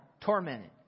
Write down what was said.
Tormented